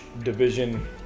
division